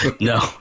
No